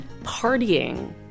partying